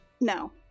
no